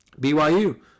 BYU